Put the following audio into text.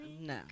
No